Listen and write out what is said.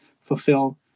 fulfill